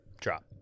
drop